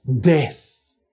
death